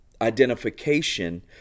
identification